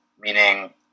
meaning